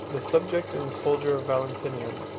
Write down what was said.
the subject and the soldier of valentinian,